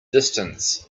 distance